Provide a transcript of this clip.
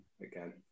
again